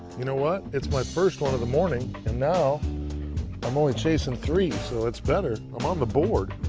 you know what? it's my first one of the morning. and now i'm only chasing three. so it's better. i'm on the board.